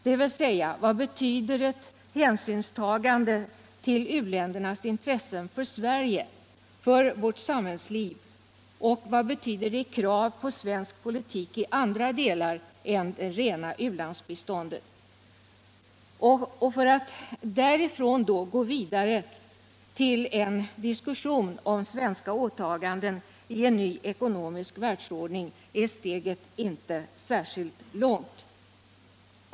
dvs. vad eu hänsynstagande till u-ländernas intresse betyder för Sverige, för vårt samhällsliv. och vad detta krav på svensk politik i andra delar än det rena u-landsbiståndet betyder. För att därifrån gå vidare till en diskussion om svenska åtaganden i en ny ekonomisk världsordning är steget inte särskilt långt.